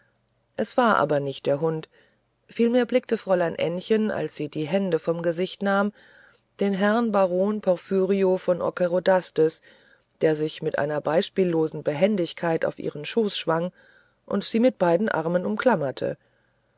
es war aber nicht der hund vielmehr erblickte fräulein ännchen als sie die hände vom gesicht nahm den herrn baron porphyrio von ockerodastes der sich mit einer beispiellosen behendigkeit auf ihren schoß schwang und sie mit beiden armen umklammerte